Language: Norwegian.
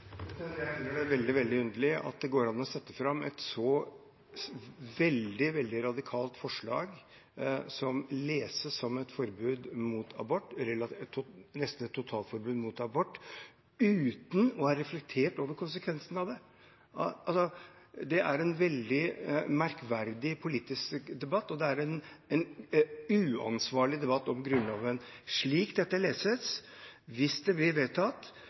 veldig, veldig underlig at det går an å sette fram et så veldig radikalt forslag, som leses som et forbud mot abort, nesten et totalforbud mot abort, uten å ha reflektert over konsekvensene av det. Det er en veldig merkverdig politisk debatt, og det er en uansvarlig debatt om Grunnloven. Slik det leses, hvis det blir vedtatt,